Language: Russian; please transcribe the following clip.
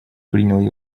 принял